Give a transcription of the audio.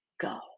go